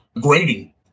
grading